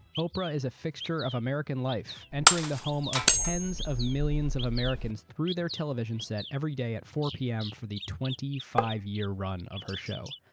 oprah is a fixture of american life entering the homes of tens of millions of americans through their television set every day at four zero pm for the twenty five year run of her show.